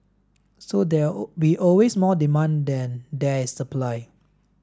so there all be always more demand than there is supply